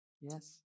Yes